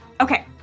Okay